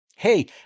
Hey